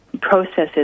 processes